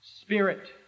spirit